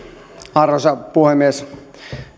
arvoisa puhemies